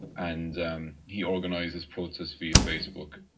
and um he organised this protest via facebook.